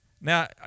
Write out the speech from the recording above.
Now